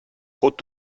trop